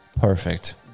Perfect